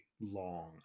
long